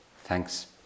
thanks